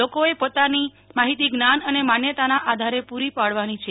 લોકોએ પોતાની માહિતી જ્ઞાન અને માન્યતાના આધારે પુરી પાડવાની છે